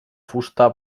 fusta